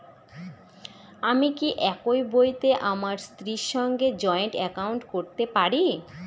আমি কি একই বইতে আমার স্ত্রীর সঙ্গে জয়েন্ট একাউন্ট করতে পারি?